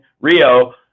Rio